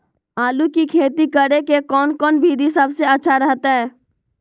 आलू की खेती करें के कौन कौन विधि सबसे अच्छा रहतय?